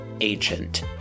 agent